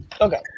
Okay